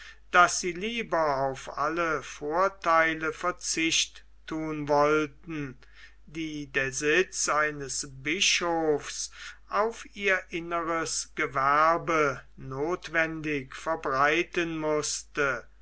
daß sie lieber auf alle vortheile verzicht thun wollten die der sitz eines bischofs auf ihr inneres gewerbe nothwendig verbreiten mußte